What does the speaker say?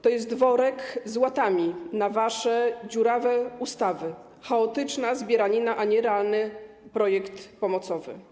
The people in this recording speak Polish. To jest worek z łatami na wasze dziurawe ustawy, chaotyczna zbieranina, a nie realny projekt pomocowy.